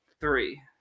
three